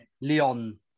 Leon